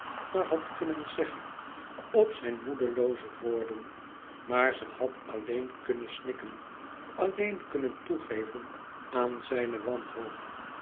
maar had kunnen zèggen op zijne moedelooze woorden maar ze had alleen kunnen snikken alleen kunnen toegeven aan zijne wanhoop